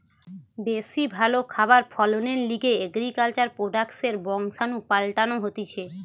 বেশি ভালো খাবার ফলনের লিগে এগ্রিকালচার প্রোডাক্টসের বংশাণু পাল্টানো হতিছে